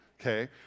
okay